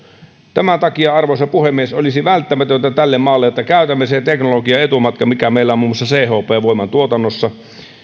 tämän takia arvoisa puhemies olisi välttämätöntä tälle maalle että käytämme sen teknologiaetumatkan mikä meillä on muun muassa chp voiman tuotannossa